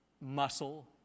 muscle